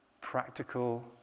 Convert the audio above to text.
practical